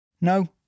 no